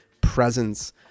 presence